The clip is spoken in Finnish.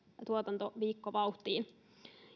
tuotantoviikkovauhtiin